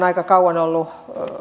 aika kauan ollut